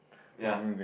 ya